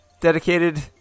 dedicated